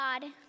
God